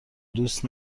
دوست